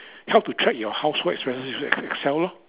help to track your household expenses use Excel lor